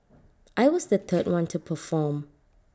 I was the third one to perform